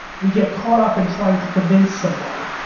we get caught up in trying to convince somebody.